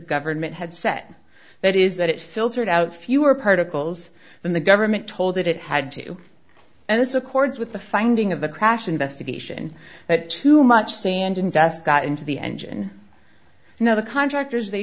government had set that is that it filtered out fewer particles than the government told it it had to and this accords with the finding of the crash investigation that too much sand and dust got into the engine you know the contractors they